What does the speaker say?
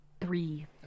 Three